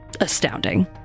astounding